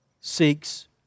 seeks